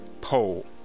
pole